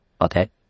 Okay